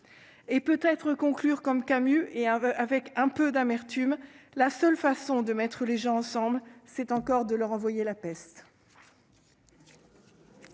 et peut-être conclure comme Camus et un avec un peu d'amertume, la seule façon de mettre les gens ensemble, c'est encore de leur envoyer la peste.